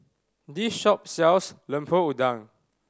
this shop sells Lemper Udang